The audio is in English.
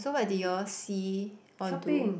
so what did you all see or do